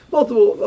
multiple